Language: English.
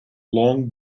long